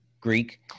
Greek